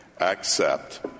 accept